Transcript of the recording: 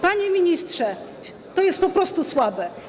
Panie ministrze, to jest po prostu słabe.